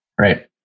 Right